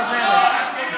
נא לחזור להצבעה.